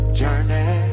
journey